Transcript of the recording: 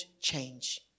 change